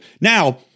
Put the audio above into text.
Now